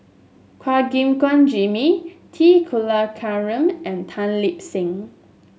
Chua Gim Guan Jimmy T Kulasekaram and Tan Lip Seng